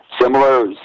Similar